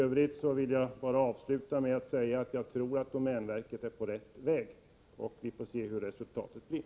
Avslutningsvis vill jag bara säga att jag tror att domänverket är på rätt väg. Vi får se vilket resultatet blir.